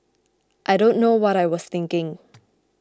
I don't know what I was thinking